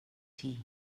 tea